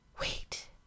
Wait